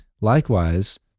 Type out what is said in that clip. likewise